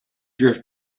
drift